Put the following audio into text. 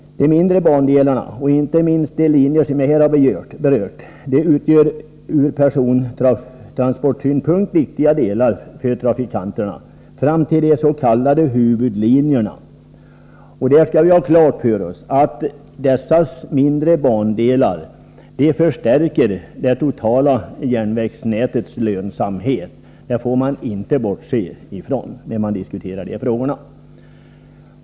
De mindre bandelarna — och inte minst de linjer som jag här berört — utgör ur persontransportsynpunkt viktiga leder för att få trafikanterna fram till de s.k. huvudlinjerna. Vi skall ha klart för oss att dessa mindre bandelar förstärker det totala nätets lönsamhet. Det får man inte bortse från när man diskuterar de här frågorna.